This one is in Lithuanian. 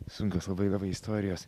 sunkios labai labai istorijos